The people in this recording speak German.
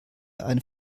eine